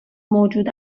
موجود